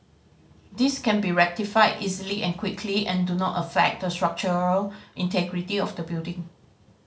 these can be rectified easily and quickly and do not affect the structural integrity of the building